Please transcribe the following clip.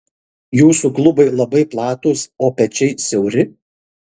jūsų klubai labai platūs o pečiai siauri